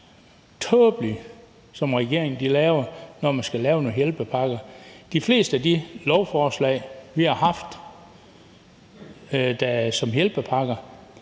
tåbelige, som regeringen laver, når man skal lave nogle hjælpepakker. De fleste af de lovforslag, vi har haft, som handler